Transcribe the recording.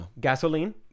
Gasoline